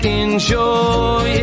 enjoy